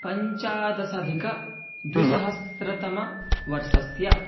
पञ्चदशाधिक द्विसहस्रतमवर्षस्य